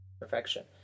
perfection